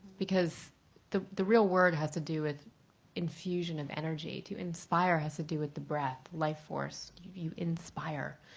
because the the real word has to do with infusion of energy, to inspire has to do with the breath, the life force. you inspire,